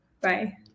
bye